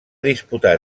disputar